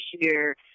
year